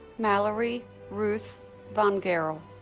mallory ruth von garrel